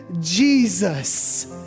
Jesus